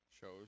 shows